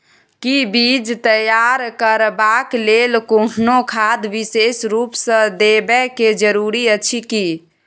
कि बीज तैयार करबाक लेल कोनो खाद विशेष रूप स देबै के जरूरी अछि की?